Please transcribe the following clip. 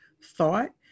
thought